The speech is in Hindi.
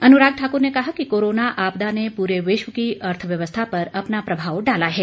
अनुराग ठाकर ने कहा कि कोरोना आपदा ने पूरे विश्व की अर्थव्यवस्था पर अपना प्रभाव डाला है